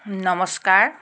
নমস্কাৰ